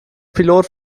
pilot